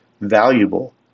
valuable